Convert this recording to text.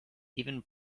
even